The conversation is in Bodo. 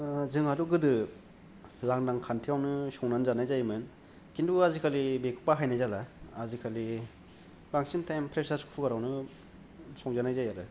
जोंहाथ' गोदो लांदां खान्थायावनो संनानै जानाय जायोमोन खिन्थु आजिखालि बेखौ बाहायनाय जाला आजिखालि बांसिन टाइम प्रेसार कुकारावनो संजानाय जायो आरो